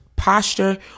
posture